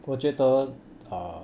我觉得 err